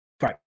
right